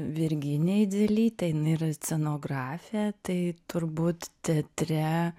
virginė idzelytė jinai yra scenografė tai turbūt teatre